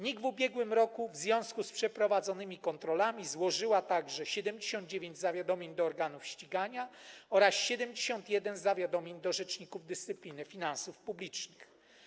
NIK w ubiegłym roku w związku z przeprowadzonymi kontrolami złożyła także 79 zawiadomień do organów ścigania oraz 71 zawiadomień do rzeczników dyscypliny finansów publicznych.